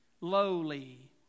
lowly